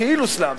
כאילו סלאמס.